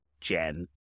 Jen